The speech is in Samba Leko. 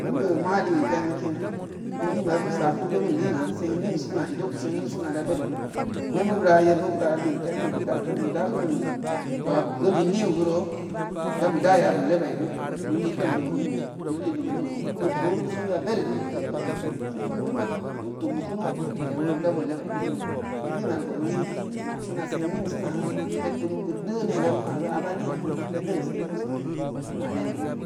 Kim boo maa legitemu kin nleemeya bu saa kan seng neng sina da ko seng sena da bed guu neb mubura, yebmu bura leegi temu dakum bura kum zong āa bu gul nleemeburo daa bu daya bu bebuaa guu bu leekum lumu neng ni, bu lee lumu neng yi gu bit wod buru ya beru guu bit bu yam taa sin guu neng guu pat bu tum bu kunu bu nyan lumuru dab lebba nleena nleemiya koo bao lee ma nisa seg neng sina bed kunu boo deu nena boo maaro aā ba leen da deng seng neng sina roo